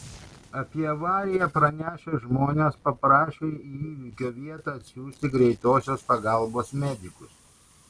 apie avariją pranešę žmonės paprašė į įvykio vietą atsiųsti greitosios pagalbos medikus